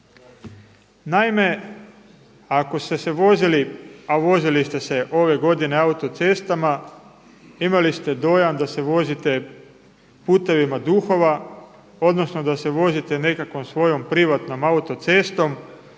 Naime, ako ste se vozili a vozili ste se ove godine autocestama imali ste dojam da se vozite putevima duhova, odnosno da se vozite nekakvom svojom privatnom autocestom